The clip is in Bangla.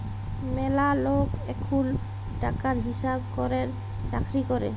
ম্যালা লক এখুল টাকার হিসাব ক্যরের চাকরি ক্যরে